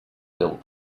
built